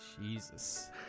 Jesus